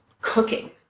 cooking